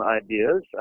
ideas